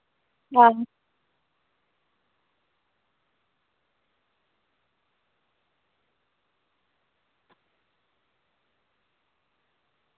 आं